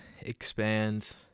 expand